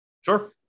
Sure